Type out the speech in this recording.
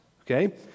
okay